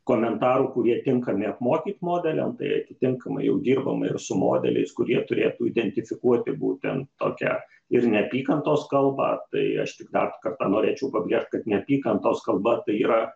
komentarų kurie tinkami apmokyt modeliam tai atitinkamai jau dirbam ir su modeliais kurie turėtų identifikuoti būtent tokią ir neapykantos kalbą tai aš tik dar kartą norėčiau pabrėžt kad neapykantos kalba tai yra